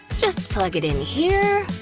just plug it in here,